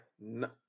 no